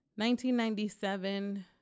1997